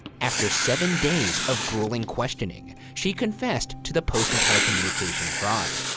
after seven days of grueling questioning, she confessed to the post and telecommunication fraud.